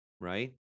Right